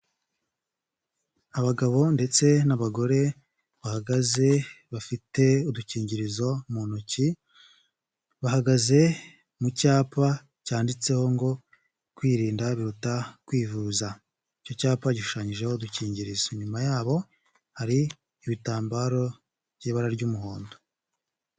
Abagabo ndetse n'abagore bahagaze bafite udukingirizo mu ntoki, bahagaze mu cyapa cyanditseho ngo kwirinda biruta kwivuza, icyo cyapa gishushanyijeho udukingirizo, inyuma yabo hari ibitambaro by'ibara ry'umuhondo.